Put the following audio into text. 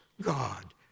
God